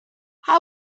how